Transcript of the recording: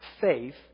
faith